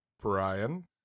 brian